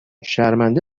شرمنده